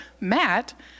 Matt